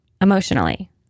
emotionally